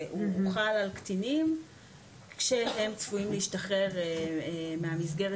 שהוא חל על קטינים כשהם צפויים להשתחרר מהמסגרת